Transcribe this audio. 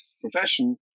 profession